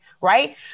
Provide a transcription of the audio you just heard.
right